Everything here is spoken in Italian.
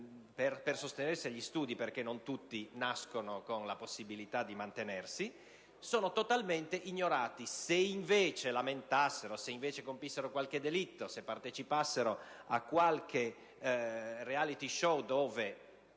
per sostenersi agli studi (perché non tutti nascono con la possibilità di mantenersi) sono totalmente ignorati. Se invece si lamentassero, compissero un delitto, se partecipassero a qualche *reality show* dove